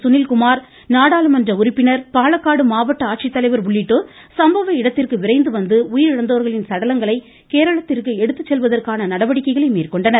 சுனில்குமார் நாடாளுமன்ற உறுப்பினர் பாலக்காடு மாவட்ட ஆட்சித்தலைவர் உள்ளிட்டோர் சம்பவ இடத்திற்கு விரைந்து வந்து உயிரிழந்தோரின் சடலங்களை கேரளத்திற்கு எடுத்துச் செல்வதற்கான நடவடிக்கைகளை மேற்கொண்டனர்